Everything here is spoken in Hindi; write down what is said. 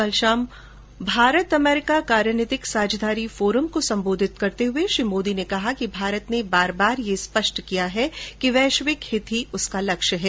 कल शाम भारत अमेरीका कार्यनीतिक साईयेदारी फोरम को संबोधित करते हुए श्री मोदी ने कहा कि भारत ने बार बार यह स्पष्ट किया है कि वैश्विक हित ही उसका लक्ष्य है